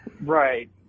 Right